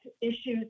issues